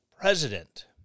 president